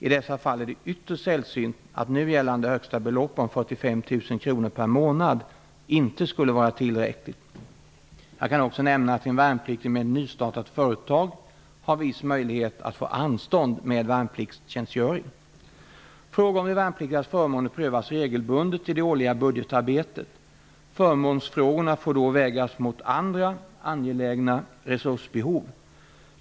I dessa fall är det ytterst sällsynt att nu gällande högsta belopp om 45 000 kr per månad inte skulle vara tillräckligt. Jag kan också nämna att en värnpliktig med nystartat företag har en viss möjlighet att få anstånd med sin värnpliktstjänstgöring. Frågor om de värnpliktigas förmåner prövas regelbundet i det årliga budgetarbetet. Förmånsfrågorna måste då vägas mot andra angelägna resursbehov.